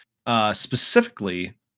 specifically